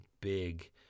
big